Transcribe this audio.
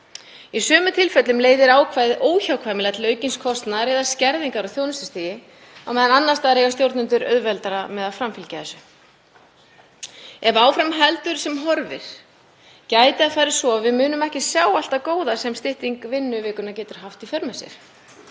Í sumum tilfellum leiðir ákvæðið óhjákvæmilega til aukins kostnaðar eða skerðingar á þjónustustigi, en annars staðar eiga stjórnendur auðveldara með að framfylgja þessu. Ef fram fer sem horfir gæti farið svo að við munum ekki sjá allt það góða sem stytting vinnuvikunnar getur haft í för með sér.